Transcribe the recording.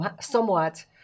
somewhat